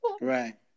Right